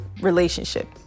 relationship